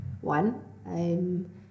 One